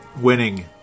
winning